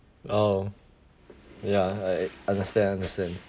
oh ya I understand understand